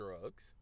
drugs